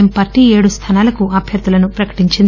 ఎమ్ party ఏడు స్థానాలకు అభ్యర్దులను ప్రకటించింది